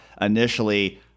initially